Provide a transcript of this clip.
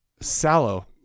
Sallow